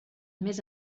més